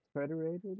federated